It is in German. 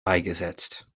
beigesetzt